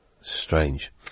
strange